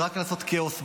רק לעשות כאוס,